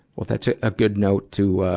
well, that's a, a good note to, ah,